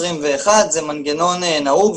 זה מנגנון נהוג,